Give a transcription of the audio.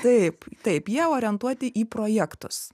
taip taip jie orientuoti į projektus